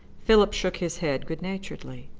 philip shook his head good-naturedly.